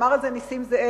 אמר את זה נסים זאב,